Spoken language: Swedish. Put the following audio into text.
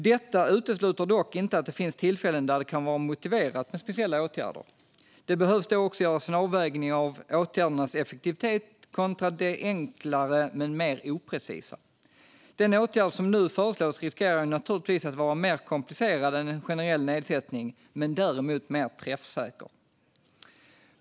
Detta utesluter dock inte att det finns tillfällen där det kan vara motiverat med speciella åtgärder. Det behöver då också göras en avvägning av åtgärdernas effektivitet kontra det enklare men mer oprecisa. Den åtgärd som nu föreslås riskerar naturligtvis att vara mer komplicerad än en generell nedsättning men däremot mer träffsäker.